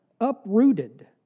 uprooted